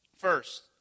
First